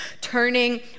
turning